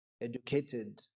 educated